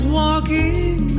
walking